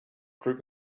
group